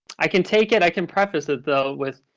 i can take it, i can preface it, though, with,